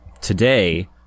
today